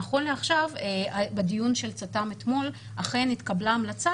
נכון לעכשיו בדיון של צט"ם אתמול אכן התקבלה המלצה